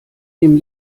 dem